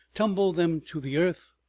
tumbled them to the earth,